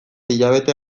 hilabete